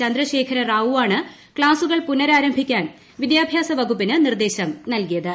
ചന്ദ്രശേഖരറാവുവാണ് ക്സാസുകൾ പുനരാരാംഭിക്കാൻ വിദ്യാഭ്യാസ വകുപ്പിന് നിർദ്ദേശം നൽകിയത്